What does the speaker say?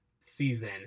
season